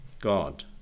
God